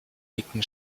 dicken